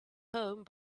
home